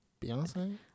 Beyonce